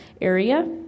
area